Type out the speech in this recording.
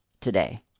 today